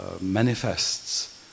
manifests